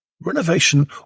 Renovation